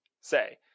say